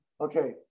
Okay